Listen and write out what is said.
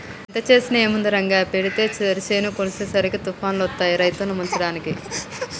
ఎంత చేసినా ఏముంది రంగయ్య పెతేడు వరి చేను కోసేసరికి తుఫానులొత్తాయి రైతుల్ని ముంచడానికి